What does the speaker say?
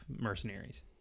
mercenaries